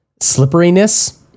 slipperiness